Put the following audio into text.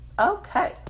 Okay